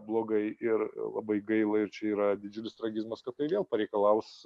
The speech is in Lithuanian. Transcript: blogai ir labai gaila ir čia yra didžiulis tragizmas kad tai vėl pareikalaus